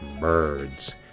birds